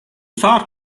far